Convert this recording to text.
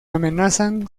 amenazan